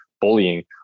bullying